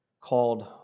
called